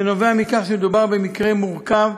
מדובר במקרה מורכב,